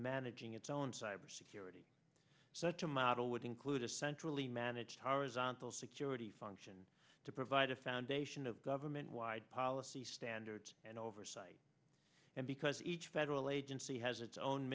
managing its own cyber security such a model would include a centrally managed horizontal security function to provide a foundation of government wide policy standards and oversight and because each federal agency has its own